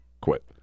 quit